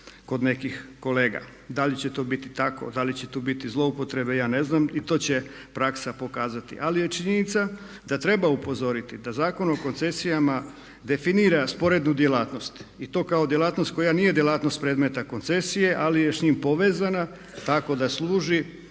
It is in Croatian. kod nekih kolega. Da li će to biti tako, da li će tu biti zloupotrebe ja ne znam i to će praksa pokazati. Ali je činjenica da treba upozoriti da Zakon o koncesijama definira sporednu djelatnost i to kao djelatnost koja nije djelatnost predmeta koncesije ali je s njim povezana tako da služi